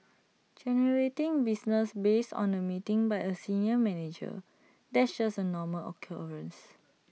generating business based on A meeting by A senior manager that's just A normal occurrence